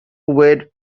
were